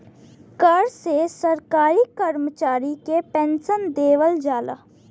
कर से सरकारी करमचारी के पेन्सन देवल जाला